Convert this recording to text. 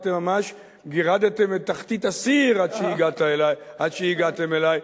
אתם ממש גירדתם את תחתית הסיר עד שהגעתם אלי.